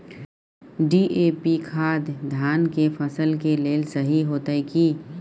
DAP खाद धान के फसल के लेल सही होतय की?